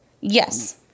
Yes